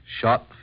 shot